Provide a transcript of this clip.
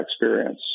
experience